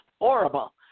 horrible